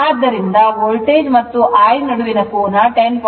ಆದ್ದರಿಂದ ವೋಲ್ಟೇಜ್ ಮತ್ತು I ನಡುವಿನ ಕೋನ 10